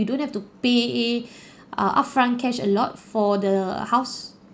you don't have to pay err upfront cash a lot for the house